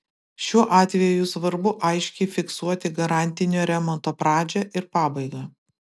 šiuo atveju svarbu aiškiai fiksuoti garantinio remonto pradžią ir pabaigą